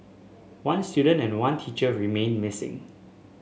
one student and one teacher remain missing